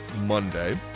Monday